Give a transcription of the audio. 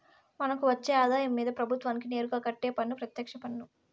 మనకు వచ్చే ఆదాయం మీద ప్రభుత్వానికి నేరుగా కట్టే పన్ను పెత్యక్ష పన్ను